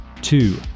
two